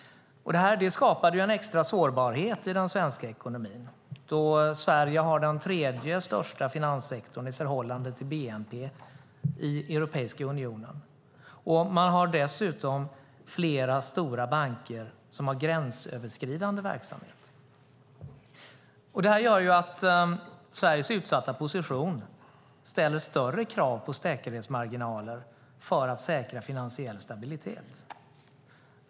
Detta skapade en extra sårbarhet i den svenska ekonomin då Sverige har den tredje största finanssektorn i förhållande till bnp i Europeiska unionen. Man har dessutom flera stora banker som har gränsöverskridande verksamhet. Detta gör att Sveriges utsatta position ställer större krav på säkerhetsmarginaler för att säkra finansiell stabilitet.